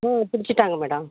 ம் பிடிச்சிட்டாங்க மேடம்